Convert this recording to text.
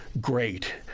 great